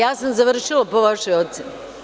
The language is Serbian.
Ja sam završila po vašoj oceni?